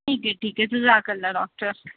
ٹھیک ہے ٹھیک ہے جزاک اللہ ڈاکٹر